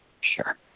Sure